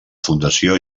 fundació